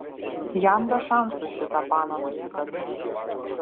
jam be šansų šitą paną nusikabint